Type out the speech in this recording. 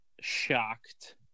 shocked